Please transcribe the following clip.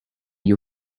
you